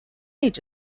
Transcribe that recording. age